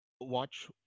watch